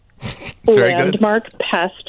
Landmarkpest